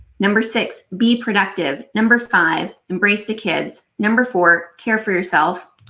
number six, be productive. number five, embrace the kids. number four, care for yourself.